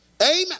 amen